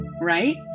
right